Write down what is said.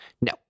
No